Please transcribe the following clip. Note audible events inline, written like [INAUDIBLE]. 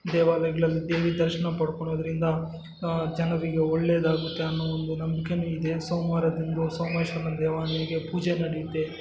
ದೇವಾಲಯಗಳಲ್ಲಿ ದೇವಿ ದರ್ಶನ ಪಡ್ಕೊಳೋದ್ರಿಂದ ಜನರಿಗೆ ಒಳ್ಳೇದಾಗುತ್ತೆ ಅನ್ನೋ ಒಂದು ನಂಬಿಕೇನೂ ಇದೆ ಸೋಮವಾರದಿಂದ್ಲು ಸೋಮೇಶ್ವರನ [UNINTELLIGIBLE] ದೇವನಿಗೆ ಪೂಜೆ ನಡೆಯುತ್ತೆ